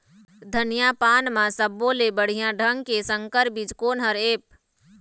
धनिया पान म सब्बो ले बढ़िया ढंग के संकर बीज कोन हर ऐप?